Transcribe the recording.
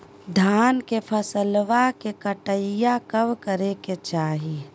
धान के फसलवा के कटाईया कब करे के चाही?